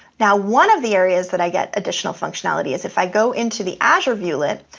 now, one of the areas that i get additional functionality is if i go into the azure view-let,